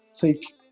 take